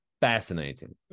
fascinating